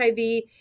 HIV